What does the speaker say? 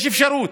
יש אפשרות?